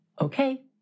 Okay